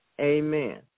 Amen